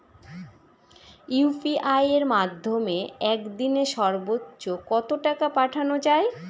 UPI এর মাধ্যমে এক দিনে সর্বচ্চ কত টাকা পাঠানো যায়?